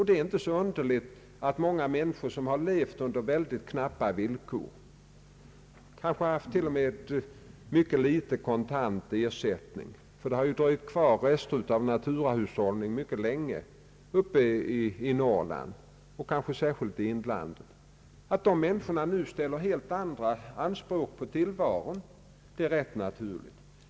Det är inte så underligt att många människor som levt under synnerligen knappa villkor och kanske t.o.m. haft mycket liten kontant ersättning på grund av kvarvarande rester av naturahushållning t.ex. i Norrland — särskilt måhända i inlandet — nu ställer helt andra anspråk på tillvaron. Detta är helt enkelt rätt naturligt.